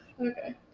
okay